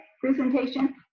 presentation